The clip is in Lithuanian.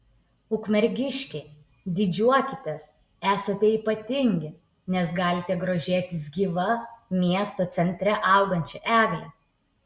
ukmergiškiai didžiuokitės esate ypatingi nes galite grožėtis gyva miesto centre augančia egle